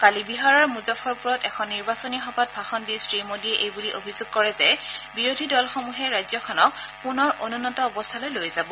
কালি বিহাৰৰ মুজফ্ফৰপুৰত এখন নিৰ্বাচনী সভাত ভাষণ দি শ্ৰীমোদীয়ে এই বুলি অভিযোগ কৰে যে বিৰোধী দলসমূহে ৰাজ্যখনক পুনৰ অনুন্নত অৱস্থালৈ লৈ যাব